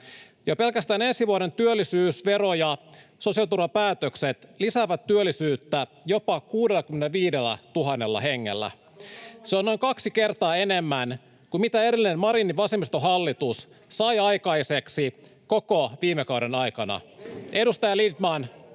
pelkästään ensi vuoden työllisyys-, vero- ja sosiaaliturvapäätökset lisäävät työllisyyttä jopa 65 000 hengellä. [Vasemmalta: Katotaan vuoden kuluttua!] Se on noin kaksi kertaa enemmän kuin mitä edellinen, Marinin vasemmistohallitus sai aikaiseksi koko viime kauden aikana. [Antti Lindtmanin